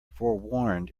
forewarned